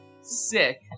sick